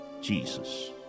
Jesus